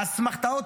האסמכתאות,